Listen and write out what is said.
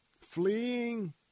fleeing